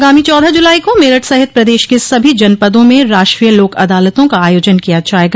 आगामी चौदह जुलाई को मेरठ सहित प्रदेश के सभी जनपदों में राष्ट्रीय लोक अदालतों का आयोजन किया जायेगा